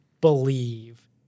believe